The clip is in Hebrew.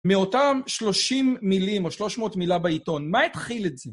מאותם 30 מילים או 300 מילה בעיתון, מה התחיל את זה?